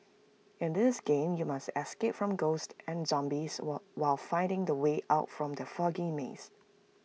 in this game you must escape from ghosts and zombies while finding the way out from the foggy maze